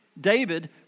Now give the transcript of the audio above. David